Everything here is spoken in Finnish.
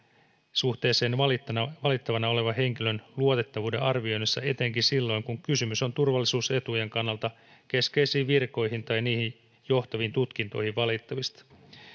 valittavana valittavana olevan henkilön luotettavuuden arvioinnissa etenkin silloin kun kysymys on turvallisuusetujen kannalta keskeisiin virkoihin tai niihin johtaviin tutkintoihin valittavista